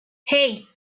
hey